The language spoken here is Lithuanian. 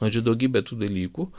žodžiu daugybė tų dalykų